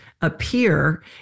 appear